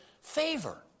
favor